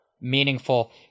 meaningful